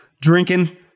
drinking